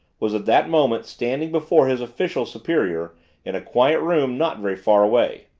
was at that moment standing before his official superior in a quiet room not very far away.